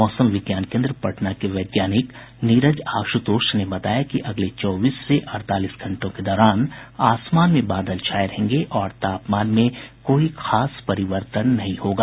मौसम विज्ञान केन्द्र पटना के वैज्ञानिक नीरज आशुतोष ने बताया कि अगले चौबीस से अड़तालीस घंटों के दौरान आसमान में बादल छाये रहेंगे और तापमान में कोई खास परिवर्तन नहीं होगा